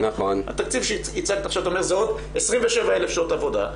אתה אומר שזה עוד 27,000 שעות עבודה,